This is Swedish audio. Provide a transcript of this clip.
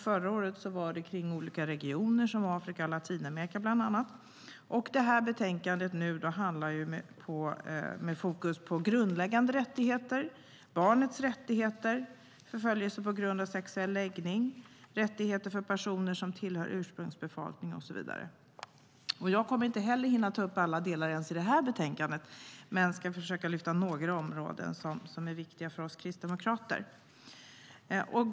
Förra året var det kring olika regioner som Afrika och Latinamerika bland annat. Det här betänkandet har fokus på grundläggande rättigheter, barnets rättigheter, förföljelse på grund av sexuell läggning, rättigheter för personer som tillhör ursprungsbefolkning och så vidare. Jag kommer inte heller att hinna ta upp alla delar ens i det här betänkandet, men jag ska försöka lyfta fram några områden som är viktiga för oss kristdemokrater.